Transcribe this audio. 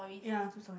ya two storey